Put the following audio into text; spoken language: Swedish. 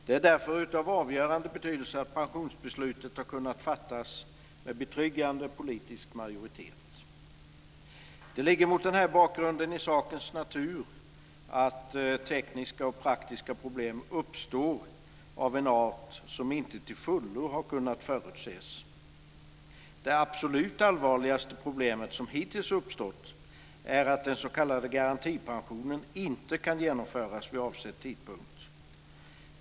Det är därför av avgörande betydelse att pensionsbeslutet har kunnat fattas med betryggande politisk majoritet. Det ligger mot den här bakgrunden i sakens natur att tekniska och praktiska problem uppstår av en art som inte till fullo har kunnat förutses. Det absolut allvarligaste problem som hittills har uppstått är att den s.k. garantipensionen inte kan genomföras vid avsedd tidpunkt.